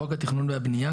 בחוק התכנון והבנייה,